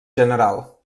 general